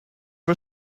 for